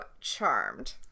Charmed